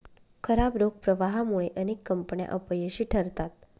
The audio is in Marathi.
खराब रोख प्रवाहामुळे अनेक कंपन्या अपयशी ठरतात